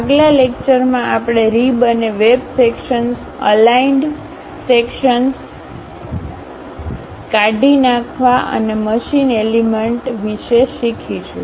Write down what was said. આગલા લેક્ચરમાં આપણે રીબ અને web sections aligned sections broken કાઢી નાખવા અને મશીન એલિમેન્ટ વિશે શીખીશું